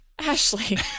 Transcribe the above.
Ashley